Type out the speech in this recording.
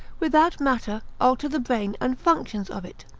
without matter, alter the brain and functions of it.